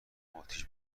اتیش